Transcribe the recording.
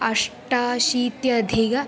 अष्टाशीत्यधिक